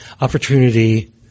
opportunity